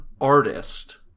artist